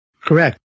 Correct